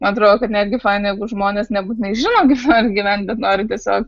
man atrodo kad netgi faina jeigu žmonės nebūtinai žino kaip nori gyvent bet nori tiesiog